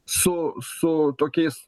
su su tokiais